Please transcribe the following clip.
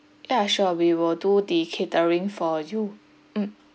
yeah sure we will do the catering for you mm